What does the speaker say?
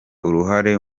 uruhare